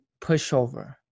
pushover